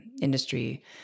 industry